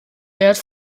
wert